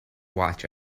watch